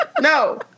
No